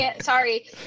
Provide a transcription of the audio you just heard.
Sorry